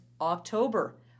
October